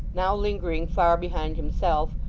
now lingering far behind himself,